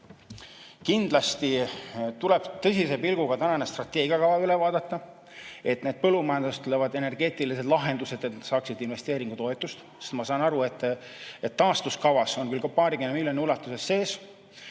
Kindlasti tuleb tõsise pilguga tänane strateegiakava üle vaadata, et põllumajandusse tulevad energeetilised lahendused saaksid investeeringutoetust. Ma saan aru, et taastuskavas on küll ka paarikümne miljoni ulatuses need